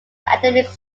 academic